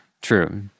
true